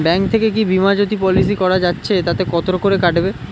Bank থেকে কী Bimajyoti policy করা যাচ্ছে তাতে কত করে কাটবে?